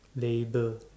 label